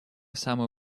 самую